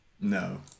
No